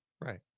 Right